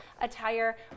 attire